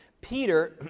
Peter